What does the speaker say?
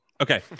Okay